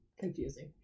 confusing